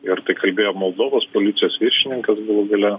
ir tai kalbėjo moldovos policijos viršininkas galų gale